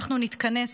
אנחנו נתכנס,